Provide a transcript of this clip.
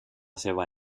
seva